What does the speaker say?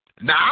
now